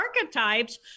archetypes